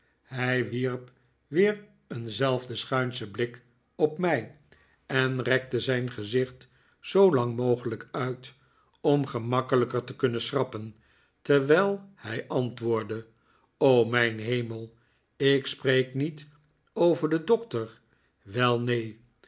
hij wierp weer eenzelfden schuinschen blik op mij en rekte zijn gezicht zoo lang mogelijk uit om gemakkelijker te kunnen schrappen terwijl hij antwoordde mijn hemel ik spreek niet over den doctor wel neen